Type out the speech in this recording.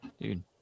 Dude